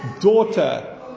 daughter